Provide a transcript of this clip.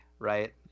right